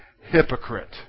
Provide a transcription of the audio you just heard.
Hypocrite